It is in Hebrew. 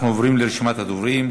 אנחנו עוברים לרשימת הדוברים.